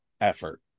effort